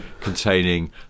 containing